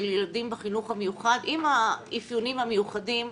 ילדים בחינוך המיוחד עם האפיונים המיוחדים,